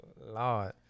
Lord